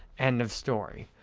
end of story.